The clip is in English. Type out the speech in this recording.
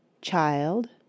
CHILD